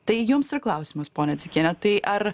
tai jums ir klausimas ponia dzikiene tai ar